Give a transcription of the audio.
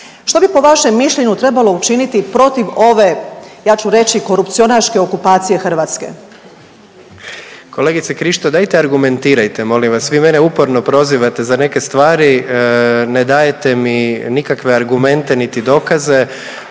Što bi po vašem mišljenju trebalo učiniti protiv ove, ja ću reći, korupcionaške okupacije Hrvatske? **Jandroković, Gordan (HDZ)** Kolegice Krišto, dajte argumentirajte, molim vas, vi mene uporno prozivate za neke stvari, ne dajete mi nikakve argumente niti dokaze,